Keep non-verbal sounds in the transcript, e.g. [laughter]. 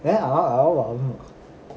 [laughs]